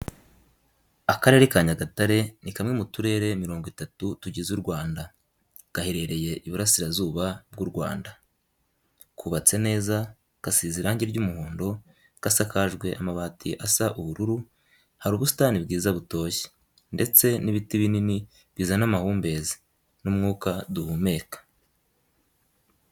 Akarere ka Nyagatare ni kamwe mu turere mirongo itatu tugize u Rwanda, gaherereye Iburasirazuba bw'u Rwanda, kubatse neza, gasize irangi ry'umuhondo, gasakajwe amabati asa ubururu, hari ubusitani bwiza butoshye, ndetse n'ibiti binini bizana amahumbezi, n'umwuka duhumeka.